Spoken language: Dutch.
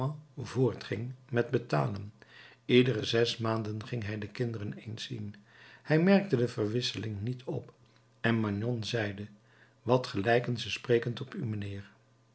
voortging met betalen iedere zes maanden ging hij de kinderen eens zien hij merkte de verwisseling niet op en magnon zeide wat gelijken ze sprekend op u mijnheer